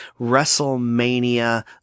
WrestleMania